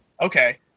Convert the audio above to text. Okay